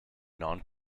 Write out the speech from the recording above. non